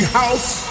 house